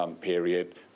period